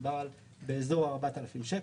מדובר על אזור ה-4,000 שקלים.